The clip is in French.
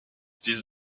fils